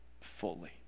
fully